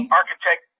architect